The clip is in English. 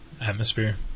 atmosphere